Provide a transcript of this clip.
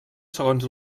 segons